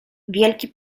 wielki